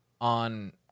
on